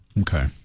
Okay